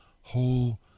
whole